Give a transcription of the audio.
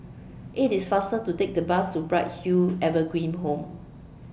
IT IS faster to Take The Bus to Bright Hill Evergreen Home